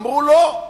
אמרו: לא.